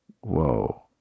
Whoa